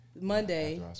Monday